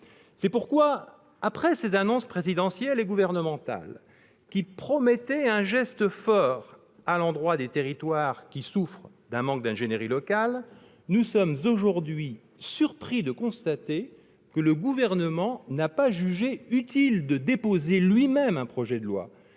C'est pourquoi, après ces annonces présidentielle et gouvernementale qui promettaient un geste fort à l'endroit des territoires qui souffrent d'un manque d'ingénierie locale, nous sommes aujourd'hui surpris de constater que le Gouvernement n'a pas jugé utile de déposer lui-même un projet de loi,